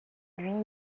lui